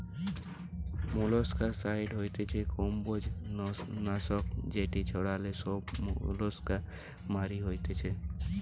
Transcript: molluscicide হতিছে কম্বোজ নাশক যেটি ছড়ালে সব মোলাস্কা মরি যাতিছে